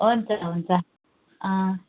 अनि त हुन्छ